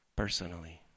personally